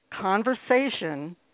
conversation